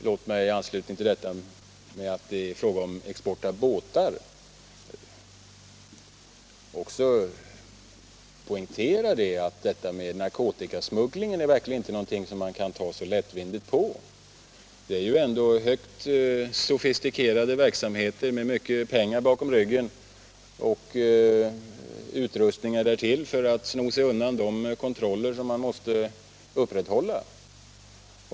Låt mig i anslutning till frågan om exporten av båtar också poängtera att narkotikasmugglingen verkligen inte är något som man kan ta lättvindigt på; det är ju högt sofistikerade verksamheter med mycket pengar bakom ryggen och utrustningar därtill för att sno sig undan de kontroller som man måste upprätthålla.